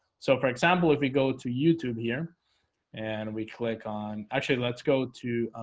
so for example, if we go to youtube here and we click on actually let's go to